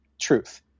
truth